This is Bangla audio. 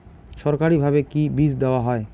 সরকারিভাবে কি বীজ দেওয়া হয়?